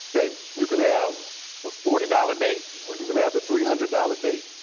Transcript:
okay! you can have the forty dollars date or you can have the three hundred dollars date,